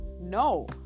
no